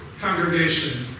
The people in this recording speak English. congregation